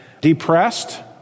depressed